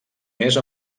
més